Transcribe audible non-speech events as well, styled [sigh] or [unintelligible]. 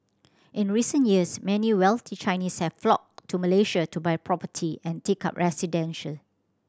in recent years many wealthy Chinese have flocked to Malaysia to buy property and take up [unintelligible]